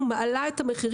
תגיע אליי לחדר ואני אתן לך.